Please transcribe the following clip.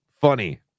funny